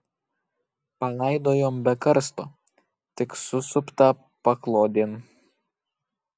palaidojom be karsto tik susuptą paklodėn